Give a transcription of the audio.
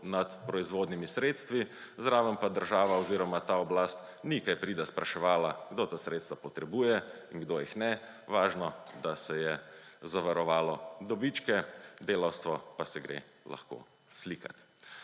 nad proizvodnimi sredstvi, zraven pa država oziroma ta oblast ni kaj prida spraševala, kdo ta sredstva potrebuje in kdo jih ne, važno, da se je zavarovalo dobičke, delavstvo pa se gre lahko slikat.